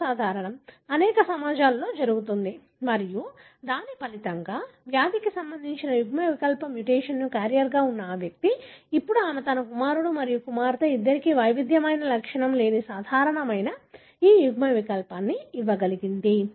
ఇది సర్వసాధారణం అనేక సమాజాలలో జరుగుతుంది మరియు దాని ఫలితంగా వ్యాధికి సంబంధించిన యుగ్మవికల్ప మ్యుటేషన్కు క్యారియర్గా ఉన్న ఈ వ్యక్తి ఇప్పుడు ఆమె తన కుమారుడు మరియు కుమార్తె ఇద్దరికీ వైవిధ్యమైన లక్షణం లేని సాధారణమైన ఈ యుగ్మవికల్పాన్ని ఇవ్వగలిగింది